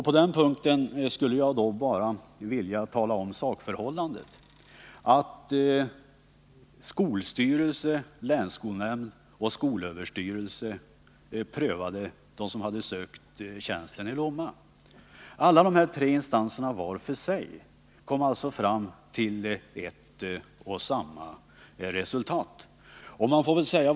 På den punkten skulle jag bara vilja tala om sakförhållandet, och det är att skolstyrelse, länsskolnämnd och skolöverstyrelsen prövade dem som sökte tjänsten i Lomma. Alla dessa tre instanser kom var för sig fram till ett och samma 105 resultat.